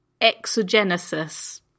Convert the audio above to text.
exogenesis